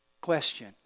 Question